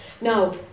Now